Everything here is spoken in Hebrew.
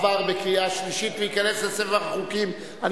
ולעגן בו את החובה של כל המוסדות להשכלה גבוהה לקבוע לאחר התייעצות עם